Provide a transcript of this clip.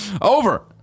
Over